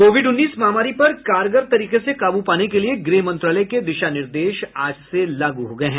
Covid उन्नीस महामारी पर कारगर तरीके से काबू पाने के लिए गृह मंत्रालय के दिशा निर्देश आज से लागू हो गये हैं